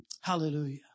Hallelujah